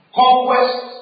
conquest